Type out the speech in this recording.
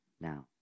now